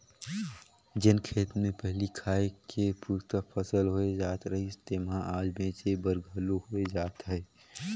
जेन खेत मे पहिली खाए के पुरता फसल होए जात रहिस तेम्हा आज बेंचे बर घलो होए जात हे